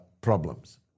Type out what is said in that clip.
problems